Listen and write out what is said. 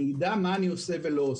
אני אדע מה אני עושה ולא עושה.